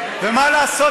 ומה לעשות,